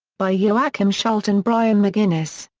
by joachim schulte and brian mcguinness.